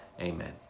Amen